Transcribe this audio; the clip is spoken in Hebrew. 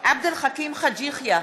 עבד אל חכים חאג' יחיא,